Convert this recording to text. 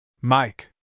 Mike